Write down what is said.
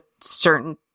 certain